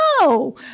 no